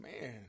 man